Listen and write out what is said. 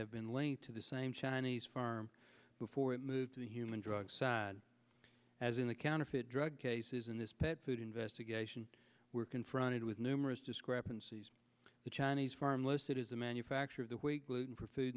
have been linked to the same chinese farm before it moved to the human drugs as in the counterfeit drug cases in this pet food investigation we're confronted with numerous discrepancies the chinese farm listed as the manufacture of the way gluten for food